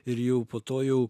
ir jau po to jau